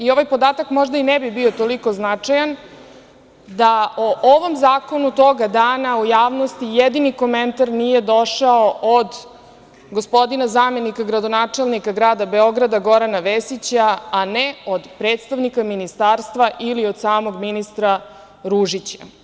Ovaj podatak možda i ne bio toliko značajan da o ovom zakonu toga dana u javnosti jedini komentar nije došao od gospodina zamenika gradonačelnika Grada Beograda Gorana Vesića, a ne od predstavnika Ministarstva ili od samog ministra Ružića.